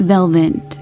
Velvet